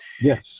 yes